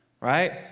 right